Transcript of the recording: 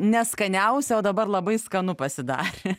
neskaniausi o dabar labai skanu pasidarė